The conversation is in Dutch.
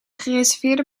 gereserveerde